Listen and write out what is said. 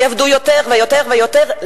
שיעבדו יותר ויותר ויותר.